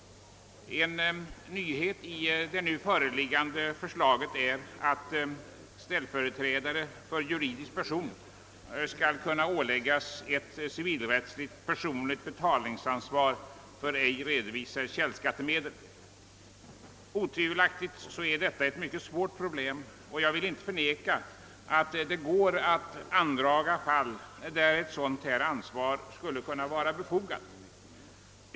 En nyhet i det nu föreliggande förslaget är att ställföreträdare för juridisk person skall kunna åläggas ett civilrättsligt personligt betalningsansvar för ej redovisade källskattemedel. Otvivelaktigt är detta ett mycket svårt problem, och jag vill inte förneka, att det går att ge exempel på fall då ett sådant ansvar skulle vara befogat.